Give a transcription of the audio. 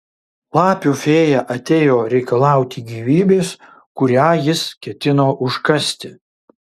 lapių fėja atėjo reikalauti gyvybės kurią jis ketino užkasti